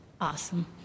awesome